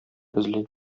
эзли